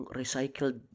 recycled